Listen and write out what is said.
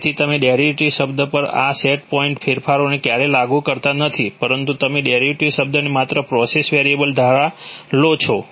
તેથી તમે ડેરિવેટિવ શબ્દ પર આવા સેટ પોઇન્ટ ફેરફારોને ક્યારેય લાગુ કરતા નથી પરંતુ તમે ડેરિવેટિવ શબ્દને માત્ર પ્રોસેસ વેરિયેબલ દ્વારા લો છો